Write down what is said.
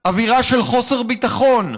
אווירה של חוסר ביטחון ברחובות,